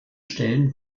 stellen